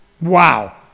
wow